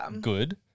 good